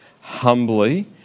humbly